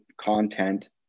content